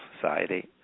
society